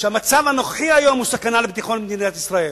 שהמצב הנוכחי היום הוא סכנה לביטחון מדינת ישראל,